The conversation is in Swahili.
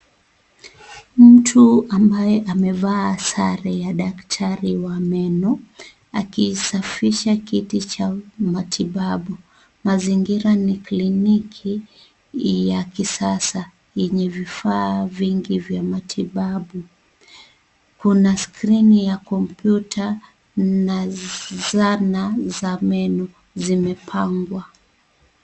Mtu ambaye amevaa sare ya daktari wa meno akisafisha kiti cha matibabu . Mazingira ni kliniki ya kisasa yenye vifaa vingi vya matibabu kuna skrini ya kompyuta na zana za meno zimepangwa.